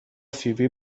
فیبی